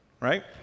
right